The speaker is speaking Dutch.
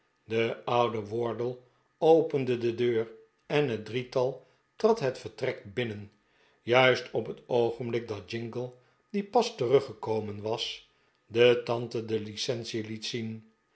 de oude wardle opende de deur en het drietal trad het vertrek binnen juist op het oogenblik dat jingle die pas teruggekomen was de tante de licence het zien